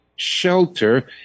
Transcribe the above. Shelter